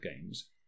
games